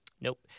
Nope